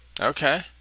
Okay